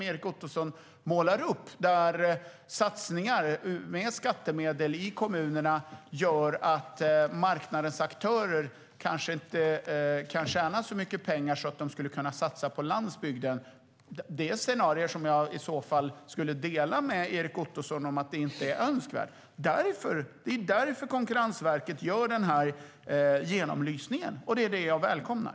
Erik Ottoson målar upp scenarier där satsningar med skattemedel i kommunerna gör att marknadens aktörer inte kan tjäna tillräckligt mycket pengar för att kunna satsa på landsbygden. Jag delar Erik Ottosons åsikt att dessa scenarier inte är önskvärda. Därför gör Konkurrensverket denna genomlysning, vilket jag välkomnar.